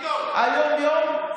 היום יום,